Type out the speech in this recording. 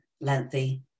lengthy